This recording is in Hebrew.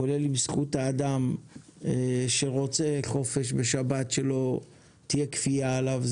כולל עם זכות האדם שרוצה חופש בשבת שלא תהיה כפיה עליו,